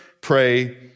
pray